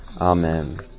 Amen